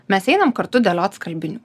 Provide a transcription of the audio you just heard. mes einam kartu dėliot skalbinių